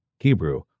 Hebrew